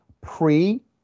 pre